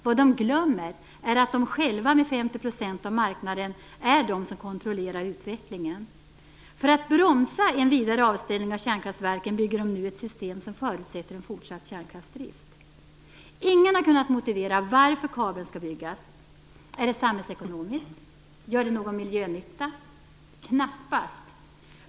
Vad de glömmer är att de själva, med 50 % av marknaden, är de som kontrollerar utvecklingen. För att bromsa en vidare avställning av kärnkraftverken bygger de nu ett system som förutsätter en fortsatt kärnkraftsdrift. Ingen har kunnat motivera varför kabeln skall byggas. Är det samhällsekonomiskt? Gör det någon miljönytta? Knappast.